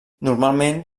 normalment